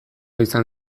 izan